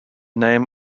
name